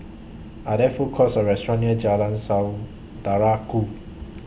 Are There Food Courts Or restaurants near Jalan Saudara Ku